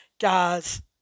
guys